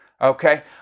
okay